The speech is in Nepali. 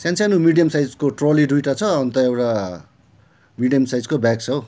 सान्सानो मिडियम साइजको ट्रली दुइवटा छ अन्त एउटा मिडियम साइजको ब्याग छ हो